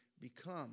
become